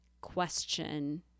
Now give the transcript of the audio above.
question